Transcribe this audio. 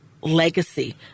legacy